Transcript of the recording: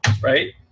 right